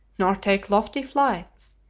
nor take lofty flights,